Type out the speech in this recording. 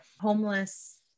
homeless